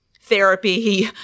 therapy